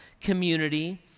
community